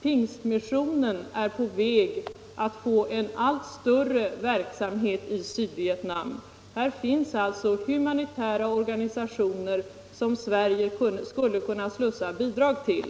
Pingstmissionen är på väg att få en allt större verksamhet i Vietnam. Det finns alltså svenska humanitära organisationer som Sverige skulle kunna slussa bidrag till.